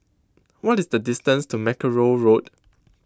what is the distance to Mackerrow Road